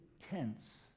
tense